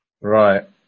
Right